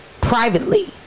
privately